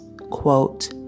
quote